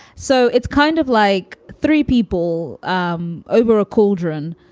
so it's kind of like three people um over a cauldron,